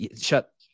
shut